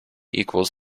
equals